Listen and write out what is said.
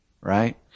Right